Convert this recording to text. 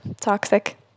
Toxic